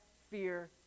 fear